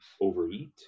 overeat